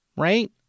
Right